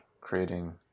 creating